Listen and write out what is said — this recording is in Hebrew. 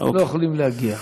לא יכולים להגיע.